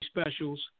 Specials